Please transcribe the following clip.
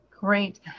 great